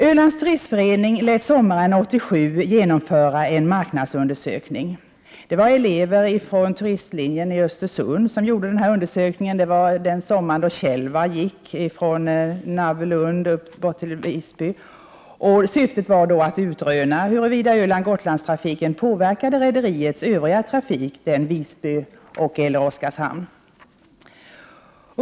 Ölands turistförening lät sommaren 1987 genomföra en marknadsundersökning. Det var elever från turistlinjen i Östersund som gjorde undersökningen. Det var den sommaren Tjelvar gick från Nabbelund till Visby. Syftet var att utröna huruvida Ölandsoch Gotlandstrafiken påverkade rederiets övriga trafik mellan Visby och Oskarshamn.